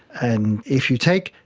and if you take,